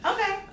Okay